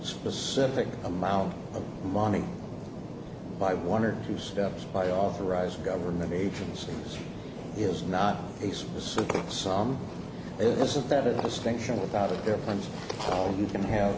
specific amount of money by one or two steps by authorized government agency is not a service of some isn't that a distinction without a difference you can have